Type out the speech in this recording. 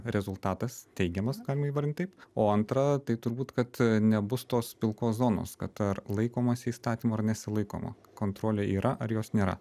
rezultatas teigiamas galima įvardint taip o antra tai turbūt kad nebus tos pilkos zonos kad ar laikomasi įstatymų ar nesilaikoma kontrolė yra ar jos nėra